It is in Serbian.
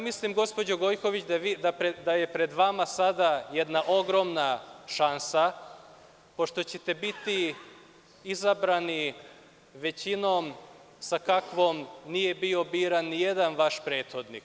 Mislim gospođo Gojković, da je pred vama sada jedna ogromna šansa, pošto ćete biti izabrani većinom sa kakvom nije bio biran ni jedan vaš prethodnik.